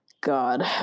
God